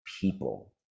people